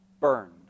burned